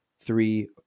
three